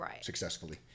Successfully